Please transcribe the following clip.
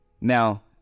Now